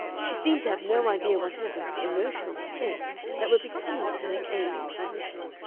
she seemed to have no idea whatever of the emotional states that were becoming to her age and position.